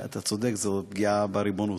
אתה צודק, זו פגיעה בריבונות.